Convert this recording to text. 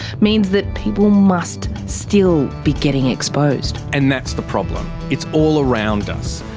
means that people must still be getting exposed. and that's the problem, it's all around us,